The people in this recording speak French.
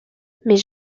mais